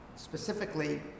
specifically